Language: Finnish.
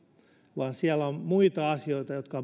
vaan siellä on muita asioita jotka